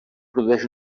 produeix